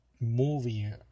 movie